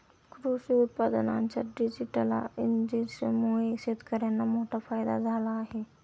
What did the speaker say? कृषी उत्पादनांच्या डिजिटलायझेशनमुळे शेतकर्यांना मोठा फायदा झाला आहे